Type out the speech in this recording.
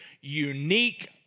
unique